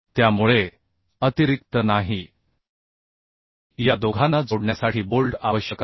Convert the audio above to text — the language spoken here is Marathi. त्यामुळे या दोघांना जोडण्यासाठी अतिरिक्त बोल्ट आवश्यक नाही